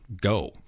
go